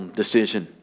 decision